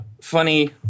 funny